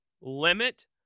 limit